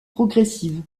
progressive